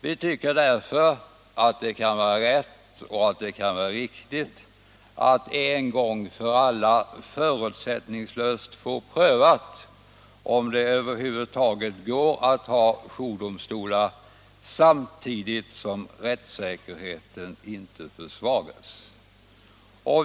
Vi tycker därför att det kan vara rätt och riktigt att en gång för alla få förutsättningslöst prövat, om det över huvud taget går att ha jourdomstolar utan att rättssäkerheten försvagas.